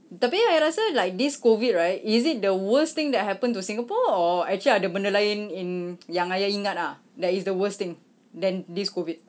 tapi ayah rasa like is this COVID right is it the worst thing that happened to singapore or actually ada benda lain in yang ayah ingat ah that is the worst thing than this COVID